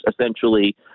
essentially –